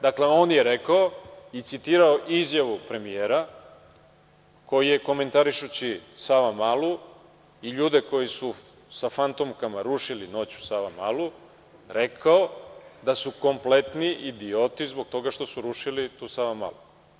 Dakle, on je rekao i citirao izjavu premijera koji je komentarišući Savamalu i ljude koji su sa fantomkama rušili noću Savamalu, rekao da su kompletni idioti zbog toga što su rušili i tu Savamalu.